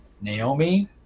Naomi